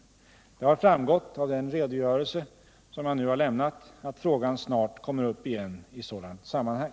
Det har framgått av den redogörelse som jag nu har lämnat att frågan snart kommer upp igen i sådant sammanhang.